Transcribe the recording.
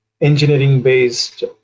engineering-based